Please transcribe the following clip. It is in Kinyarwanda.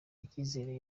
icyizere